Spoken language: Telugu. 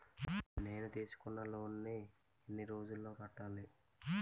నేను తీసుకున్న లోన్ నీ ఎన్ని రోజుల్లో కట్టాలి?